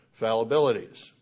fallibilities